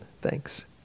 Thanks